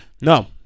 No